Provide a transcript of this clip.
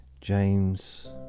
James